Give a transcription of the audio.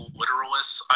literalists